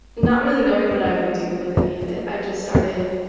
not really knowing what i would do with any of it, i just started